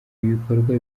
ibikorwa